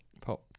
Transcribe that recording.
pop